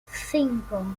cinco